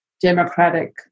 democratic